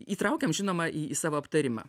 įtraukėm žinoma į į savo aptarimą